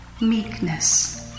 meekness